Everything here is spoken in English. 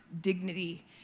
dignity